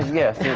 yes,